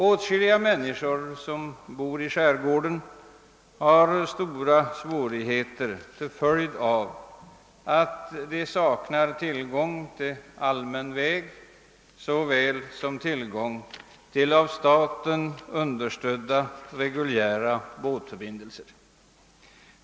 Åtskilliga människor som bor i skärgården har stora svårigheter till följd av att de saknar tillgång till allmän väg eller av staten understödda reguljära båtförbindelser.